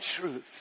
truth